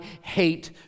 hate